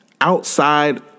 outside